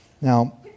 Now